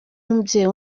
umubyeyi